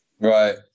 Right